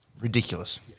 Ridiculous